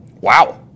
Wow